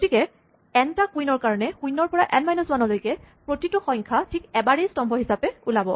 গতিকে এন টা কুইনৰ কাৰণে শূণ্যৰ পৰা এন মাইনাছ ৱানলৈকে প্ৰতিটো সংখ্যা ঠিক এবাৰেই স্তম্ভ সংখ্যা হিচাপে ওলাব